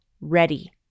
ready